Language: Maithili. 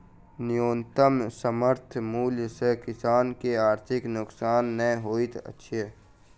न्यूनतम समर्थन मूल्य सॅ किसान के आर्थिक नोकसान नै होइत छै